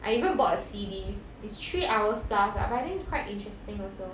I even bought the C_D is three hours plus ah but I think it's quite interesting also